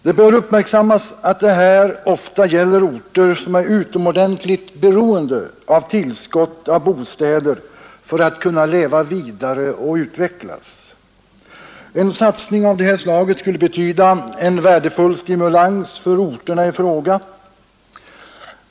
Det bör uppmärksammas att detta ofta gäller orter som är utomordentligt beroende av tillskott på bostäder för att kunna leva vidare och utvecklas. En satsning av detta slag skulle betyda en värdefull stimulans för orterna i fråga.